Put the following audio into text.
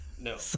No